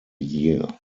year